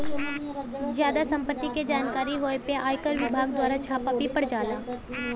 जादा सम्पत्ति के जानकारी होए पे आयकर विभाग दवारा छापा भी पड़ जाला